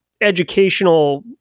educational